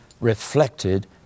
reflected